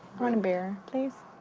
want a beer, please?